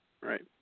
Right